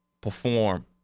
perform